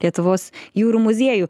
lietuvos jūrų muziejų